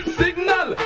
signal